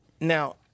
Now